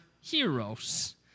heroes